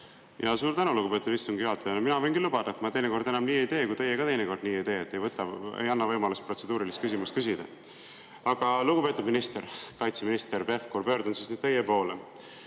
Suur tänu, lugupeetud istungi juhataja! Mina võin küll lubada, et ma teinekord enam nii ei tee, kui teie ka teinekord nii ei tee, et ei anna võimalust protseduurilist küsimust küsida. Aga lugupeetud minister, kaitseminister Pevkur, pöördun nüüd teie poole.